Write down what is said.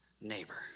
neighbor